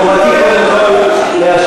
חבר הכנסת זוהר, הבנו, הבנו.